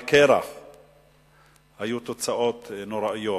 היו תוצאות נוראיות.